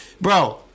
Bro